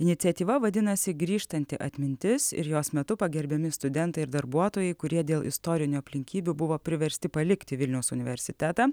iniciatyva vadinasi grįžtanti atmintis ir jos metu pagerbiami studentai ir darbuotojai kurie dėl istorinių aplinkybių buvo priversti palikti vilniaus universitetą